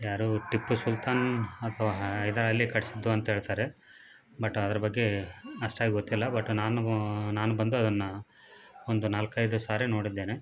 ಯಾರು ಟಿಪ್ಪು ಸುಲ್ತಾನ್ ಅಥ್ವಾ ಹೈದರಾಲಿ ಕಟ್ಟಿಸಿದ್ದು ಅಂತ ಹೇಳ್ತಾರೆ ಬಟ್ ಅದ್ರ ಬಗ್ಗೆ ಅಷ್ಟಾಗಿ ಗೊತ್ತಿಲ್ಲ ಬಟ್ ನಾನೂ ನಾನು ಬಂದು ಅದನ್ನು ಒಂದು ನಾಲ್ಕೈದು ಸಾರಿ ನೋಡಿದ್ದೇನೆ